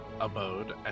abode